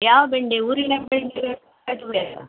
ಯಾವ ಬೆಂಡೆ ಊರಿನ ಬೆಂಡೆ